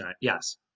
Yes